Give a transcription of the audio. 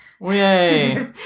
Yay